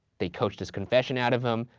they coached his confession out of him,